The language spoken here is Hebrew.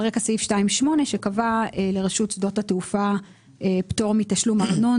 רקע סעיף 2(8) שקבע לרשות שדות התעופה פטור מתשלום אגרה,